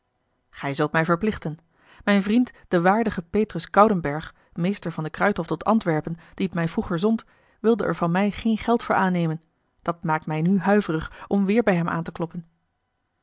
gij zult mij verplichten mijn vriend de waardige petrus coudenberch meester van den kruidhof tot antwerpen die het mij vroeger zond wilde er van mij geen geld voor aannemen dat maakt mij nu huiverig om weêr bij hem aan te kloppen